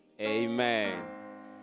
Amen